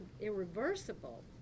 irreversible